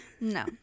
No